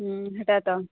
ହେଟା ତ